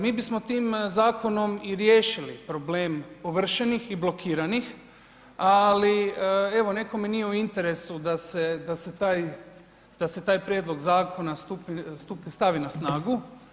Mi bismo tim zakonom i riješili problem ovršenih i blokiranih, ali evo nekome nije u interesu da se taj prijedlog zakona stavi na snagu.